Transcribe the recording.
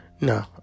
No